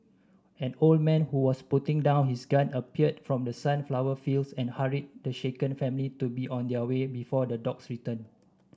an old man who was putting down his gun appeared from the sunflower fields and hurried the shaken family to be on their way before the dogs return